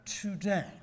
today